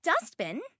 Dustbin